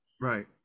Right